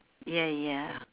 ya ya